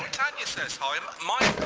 tanya says hi um ah